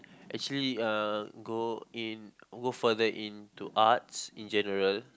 actually Uh go in go further in to arts in general